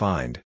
Find